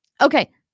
Okay